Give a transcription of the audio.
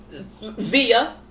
via